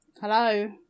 Hello